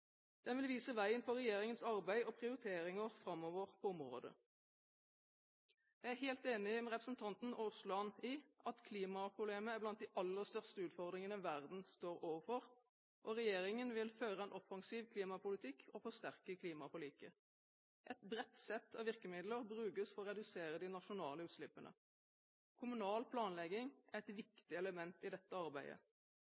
Den vil vise veien for regjeringens arbeid og prioriteringer framover på området. Jeg er helt enig med representanten Aasland i at klimaproblemet er blant de aller største utfordringene verden står overfor. Regjeringen vil føre en offensiv klimapolitikk og forsterke klimaforliket. Et bredt sett av virkemidler brukes for å redusere de nasjonale utslippene. Kommunal planlegging er et